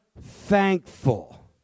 thankful